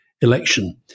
election